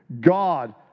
God